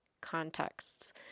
contexts